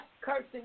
cursing